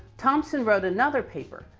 thomson wrote another paper.